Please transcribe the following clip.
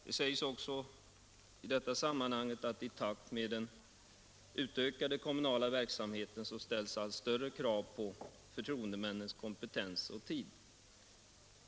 Det sägs också i detta sammanhang att i takt med den utökade kommunala verksamheten ställs allt större krav på förtroendemännens kompetens och tid.